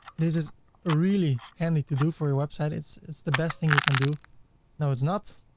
this is really handy to do for your website. it's it's the best thing you can do no it's not.